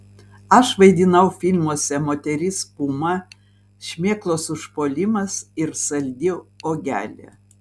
aš vaidinau filmuose moteris puma šmėklos užpuolimas ir saldi uogelė